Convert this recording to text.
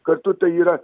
kartu tai yra